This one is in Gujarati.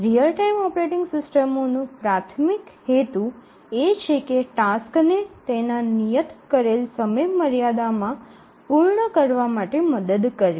રીઅલ ટાઇમ ઓપરેટિંગ સિસ્ટમોનો પ્રાથમિક હેતુ એ છે કે ટાસ્કસ ને તેમના નિયત કરેલ સમયમર્યાદા માં પૂર્ણ કરવા માટે મદદ કરવી